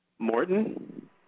Morton